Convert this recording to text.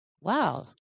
Wow